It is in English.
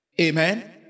Amen